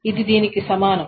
ఇది దీనికి సమానం